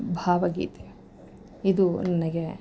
ಭಾವಗೀತೆ ಇದು ನನಗೆ